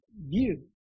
view